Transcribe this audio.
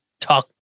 talk